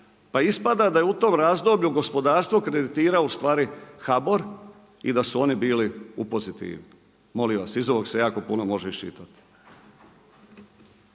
pa ispada da je u tome razdoblju gospodarstvo kreditira ustvari HBOR i da su oni bili u pozitivi. Molim vas, iz ovog se jako puno može iščitati.